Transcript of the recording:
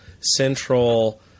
central